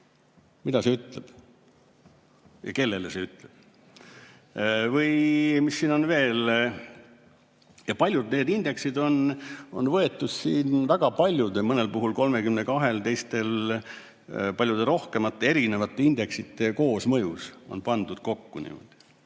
Mida see ütleb? Ja kellele see ütleb? Või mis siin on veel? Paljud need indeksid on võetud siin ... Mõnel puhul, 32 puhul, teistel, paljude rohkemate erinevate indeksite koosmõjus on pandud kokku need.